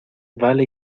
vale